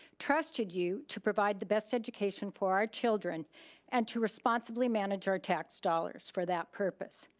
trusted you to provide the best education for our children and to responsibly manage our tax dollars for that purpose.